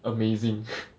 amazing